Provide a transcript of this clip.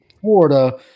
Florida